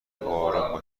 اروم